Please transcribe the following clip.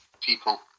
people